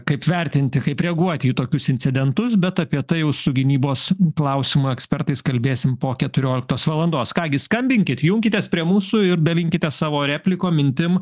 kaip vertinti kaip reaguoti į tokius incidentus bet apie tai jau su gynybos klausimų ekspertais kalbėsim po keturioliktos valandos ką gi skambinkit junkitės prie mūsų ir dalinkitės savo replikom mintim